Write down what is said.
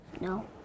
No